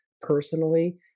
personally